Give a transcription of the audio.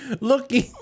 looking